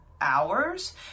hours